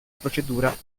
procedura